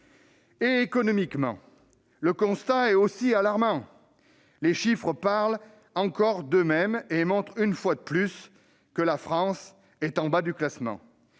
Économiquement, le constat est aussi alarmant. Là encore, les chiffres parlent d'eux-mêmes : ils montrent une fois de plus que la France est en bas du classement.